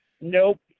Nope